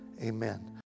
amen